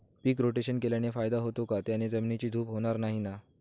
पीक rotation केल्याने फायदा होतो का? त्याने जमिनीची धूप होणार नाही ना?